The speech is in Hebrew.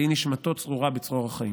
תהיה נשמתו צרורה בצרור החיים.